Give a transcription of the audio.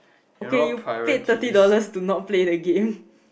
okay you paid thirty dollars to not play the game